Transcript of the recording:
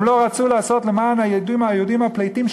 הם לא רצו לעשות למען היהודים הפליטים,